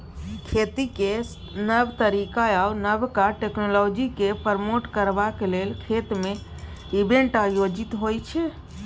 खेतीक नब तरीका आ नबका टेक्नोलॉजीकेँ प्रमोट करबाक लेल खेत मे इवेंट आयोजित होइ छै